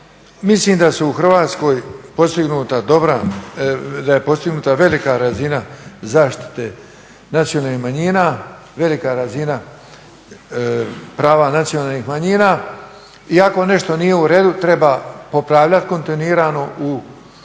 postignuta dobra, da je postignuta velika razina zaštite nacionalnih manjina, velika razina prava nacionalnih manjina i ako nešto nije u redu, treba popravljati kontinuirano ubuduće